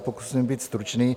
Pokusím se být stručný.